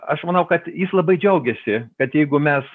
aš manau kad jis labai džiaugiasi kad jeigu mes